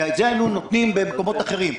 כי את זה היינו נותנים מקומות אחרים.